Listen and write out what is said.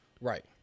Right